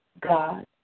God